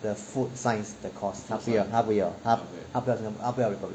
the food science the course 她不要她不要她她不要 republic